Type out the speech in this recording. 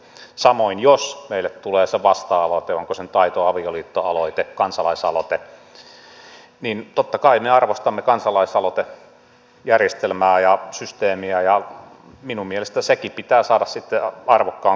samoin jos meille tulee se vasta aloite onko se nyt aito avioliitto aloite kansalaisaloite niin totta kai me arvostamme kansalaisaloitejärjestelmää ja systeemiä ja minun mielestäni senkin pitää saada sitten arvokas kohtelu